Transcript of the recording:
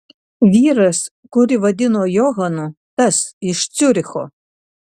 vyras kurį vadino johanu tas iš ciuricho